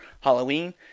Halloween